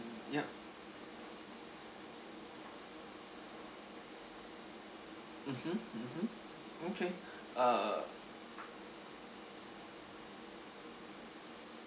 ya mmhmm mmhmm okay uh